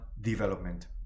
development